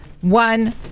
one